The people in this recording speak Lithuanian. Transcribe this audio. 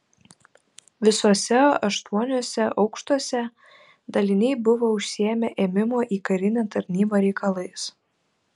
visuose aštuoniuose aukštuose daliniai buvo užsiėmę ėmimo į karinę tarnybą reikalais